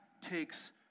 takes